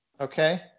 Okay